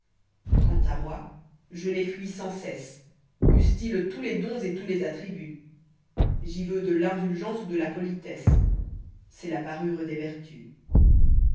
quant à moi je lés fuis sans cesse eussent-ils tous les dons et tous les attributs j'y veux de l'indulgence ou de la politesse c'est la parure des vertus